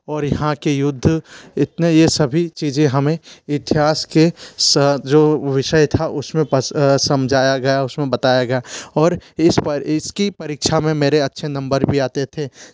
और यहाँ के युद्ध इतने ये सभी चीज़ें हमें इतिहास के साथ जो विषय था उसमें समझाया गया उसमें बताया गया और इस पर इसकी परीक्षा में मेरे अच्छे नंबर भी आते थे